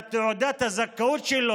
בזמן הנכון את תעודת הזכאות שלו,